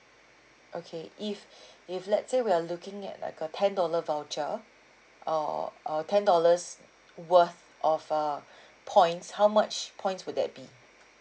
okay if if let's say we are looking at like a ten dollar voucher or a ten dollars worth of uh points how much points would that be